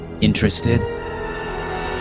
Interested